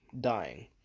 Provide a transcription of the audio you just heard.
dying